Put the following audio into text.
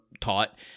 taught